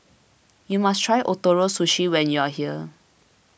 you must try Ootoro Sushi when you are here